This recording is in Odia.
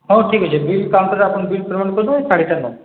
ହଉ ଠିକ୍ ଅଛେ ବିଲ୍ କାଉଣ୍ଟର୍ ରେ ଆପଣ୍ ବିଲ୍ ପ୍ୟାମେଣ୍ଟ୍ କରିଦେବେ ଶାଢ଼ୀଟା ନେବେ